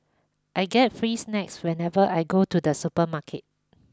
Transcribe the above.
I get free snacks whenever I go to the supermarket